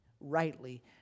rightly